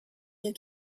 you